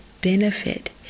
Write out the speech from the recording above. benefit